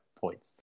points